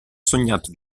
sognato